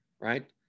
Right